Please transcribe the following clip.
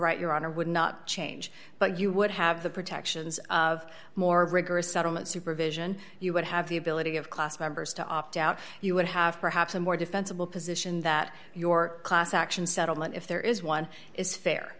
right your honor would not change but you would have the protections of more rigorous settlement supervision you would have the ability of class members to opt out you would have perhaps a more defensible position that your class action settlement if there is one is fair